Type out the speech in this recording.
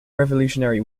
revolutionary